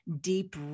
deep